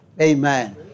Amen